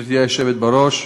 גברתי היושבת בראש,